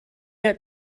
had